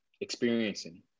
experiencing